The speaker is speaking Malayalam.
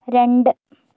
രണ്ട്